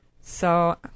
So-